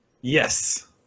Yes